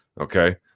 Okay